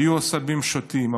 היו עשבים שוטים,